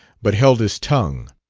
but held his tongue.